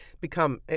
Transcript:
become